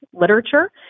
literature